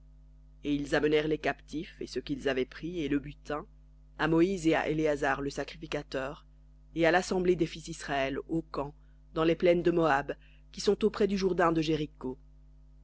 et ils amenèrent les captifs et ce qu'ils avaient pris et le butin à moïse et à éléazar le sacrificateur et à l'assemblée des fils d'israël au camp dans les plaines de moab qui sont auprès du jourdain de jéricho